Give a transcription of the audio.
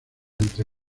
entre